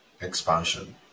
expansion